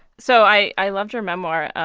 so i i loved your memoir,